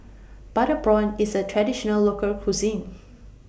Butter Prawn IS A Traditional Local Cuisine